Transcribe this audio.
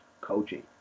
coaching